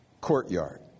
courtyard